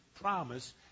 promise